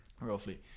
roughly